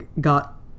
got